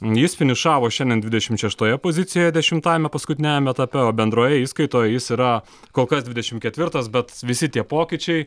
jis finišavo šiandien dvidešimt šeštoje pozicijoje dešimtajame paskutiniajame etape o bendroje įskaitoje jis yra kol kas dvidešim ketvirtas bet visi tie pokyčiai